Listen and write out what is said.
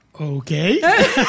Okay